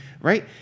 Right